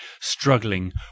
struggling